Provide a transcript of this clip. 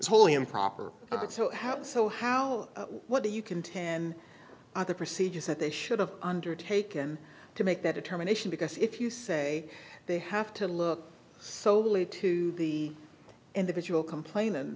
wholly improper of that so how so how what do you can ten the procedures that they should have undertaken to make that determination because if you say they have to look soley to the individual complain